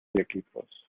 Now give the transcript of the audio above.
equipos